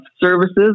services